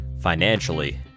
financially